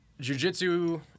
jujitsu